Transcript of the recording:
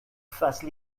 fasses